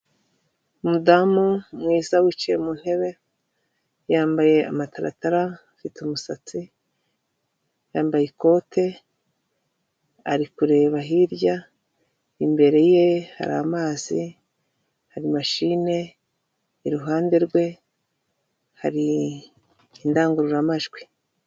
Umudamu mwiza wicaye mu ntebe yambaye amataratara afite umusatsi, yambaye ikote ari kureba hirya, imbere ye hari amazi hari mashine iruhande rwe, hari indangururamajwi.